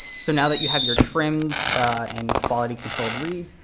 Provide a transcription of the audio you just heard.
so now that you have your trimmed and quality-controlled reads,